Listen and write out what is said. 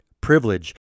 privilege